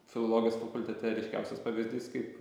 filologijos fakultete ryškiausias pavyzdys kaip